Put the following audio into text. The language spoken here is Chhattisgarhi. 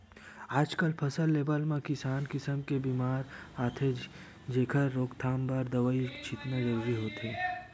आजकल फसल लेवब म किसम किसम के बेमारी आथे जेखर रोकथाम बर दवई छितना जरूरी होथे